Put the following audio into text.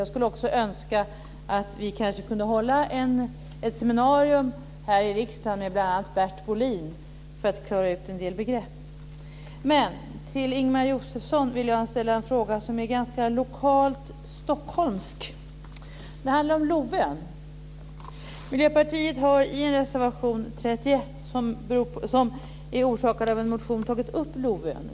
Jag skulle också önska att vi kunde hålla ett seminarium här i riksdagen med bl.a. Bert Bolin för att klara ut en del begrepp. Till Ingemar Josefsson vill jag ställa en fråga som är lokalt stockholmsk. Det handlar om Lovön. Miljöpartiet har i reservation 31, som bygger på en motion, tagit upp Lovön.